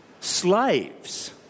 slaves